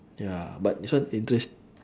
ya but this one interest~